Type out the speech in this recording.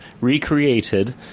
recreated